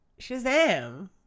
Shazam